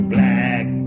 Black